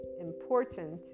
important